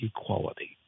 equality